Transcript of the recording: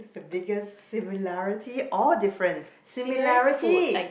the biggest similarity or difference similarity